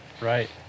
right